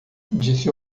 disse